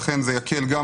הזה.